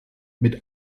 mit